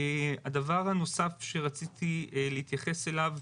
הדבר הנוסף שרציתי להתייחס אליו,